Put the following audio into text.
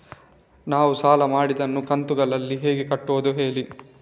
ನಾವು ಸಾಲ ಮಾಡಿದನ್ನು ಕಂತುಗಳಲ್ಲಿ ಹೇಗೆ ಕಟ್ಟುದು ಹೇಳಿ